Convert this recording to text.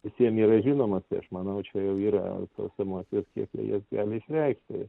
visiem yra žinomas tai aš manau čia jau yra tos emocijos kiek jie jas gali išreikšti